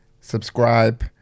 Subscribe